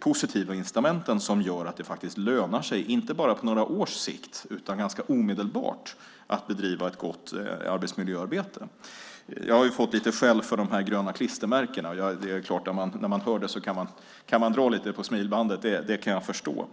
positiva incitamenten som gör att det lönar sig inte bara på några års sikt utan ganska omedelbart att bedriva ett gott arbetsmiljöarbete. Jag har fått lite skäll för de gröna klistermärkena. När man hör talas om det kan man dra lite på smilbanden. Det kan jag förstå.